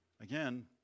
Again